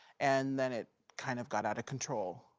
and then it kind of got out control.